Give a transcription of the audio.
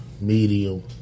medium